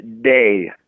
day